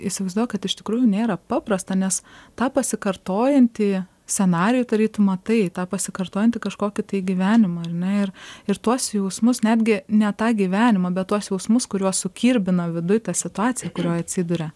įsivaizduoju kad iš tikrųjų nėra paprasta nes tą pasikartojantį scenarijų tarytum matai tą pasikartojantį kažkokį tai gyvenimą ar ne ir ir tuos jausmus netgi ne tą gyvenimą bet tuos jausmus kuriuos sukirbina viduj ta situacija kurioj atsiduria